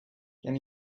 can